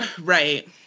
Right